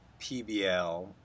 PBL